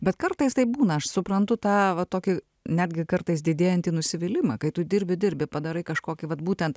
bet kartais taip būna aš suprantu tą va tokį netgi kartais didėjantį nusivylimą kai tu dirbi dirbi padarai kažkokį vat būtent